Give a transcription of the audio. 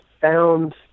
found